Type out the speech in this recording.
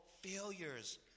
failures